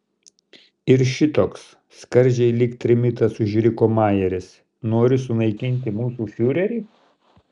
ir šitoks skardžiai lyg trimitas užriko majeris nori sunaikinti mūsų fiurerį